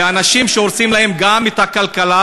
לאנשים שהורסים להם את הכלכלה,